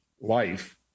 life